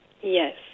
Yes